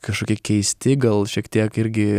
kažkokie keisti gal šiek tiek irgi